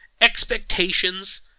Expectations